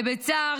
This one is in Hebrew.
ובצער,